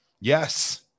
yes